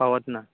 पावत ना